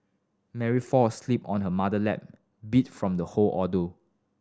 Mary fall asleep on her mother lap beat from the whole ordeal